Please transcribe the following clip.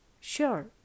Sure